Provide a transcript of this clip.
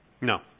No